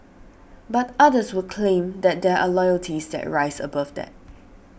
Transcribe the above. but others would claim that there are loyalties that rise above that